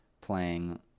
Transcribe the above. playing